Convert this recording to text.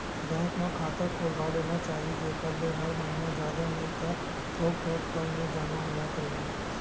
bank म खाता खोलवा लेना चाही जेखर ले हर महिना जादा नइ ता थोक थोक तउनो जमा होवत रइही